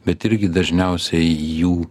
bet irgi dažniausiai jų